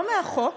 לא מהחוק,